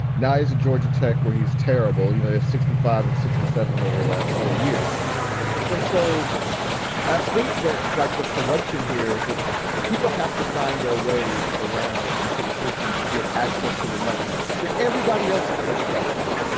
now, as a georgia tech where he's terrible, you know, yeah sixty five and sixty seven over the last four years and so i think that like the corruption here is that people have to find their ways around into the system to get access to the money that everybody else is making golf with them.